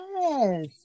Yes